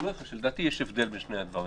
לדעתי יש הבדל בין שני הדברים.